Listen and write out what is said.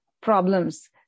problems